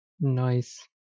nice